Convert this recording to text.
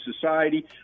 society